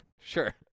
Sure